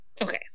Okay